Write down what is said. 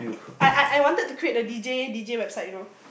I I I wanted to create the D_J D_J website you know